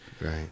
right